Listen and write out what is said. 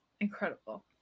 incredible